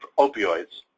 opioids,